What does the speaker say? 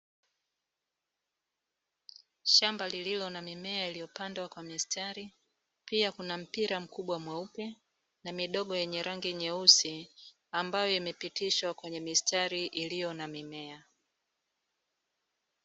Shamba lililo na mimea iliyopandwa kwa mistari, pia kuna mpira mkubwa mweupe na midogo yenye rangi nyeusi ambayo imepitishwa kwenye mistari iliyo na mimea.